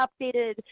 updated